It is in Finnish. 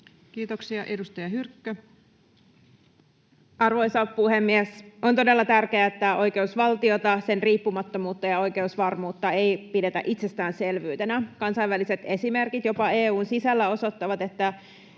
Time: 12:39 Content: Arvoisa puhemies! On todella tärkeää, että oikeusvaltiota, sen riippumattomuutta ja oikeusvarmuutta, ei pidetä itsestäänselvyytenä. Kansainväliset esimerkit jopa EU:n sisällä osoittavat, että